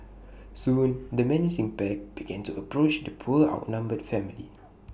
soon the menacing pack begin to approach the poor outnumbered family